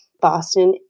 Boston